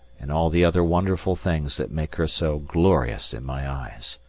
and all the other wonderful things that make her so glorious in my eyes.